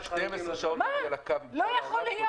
ראשית,